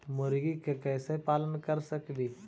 मुर्गि के कैसे पालन कर सकेली?